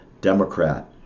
Democrat